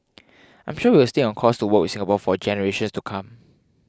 I'm sure we will stay on course to work Singapore for generations to come